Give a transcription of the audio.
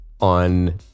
On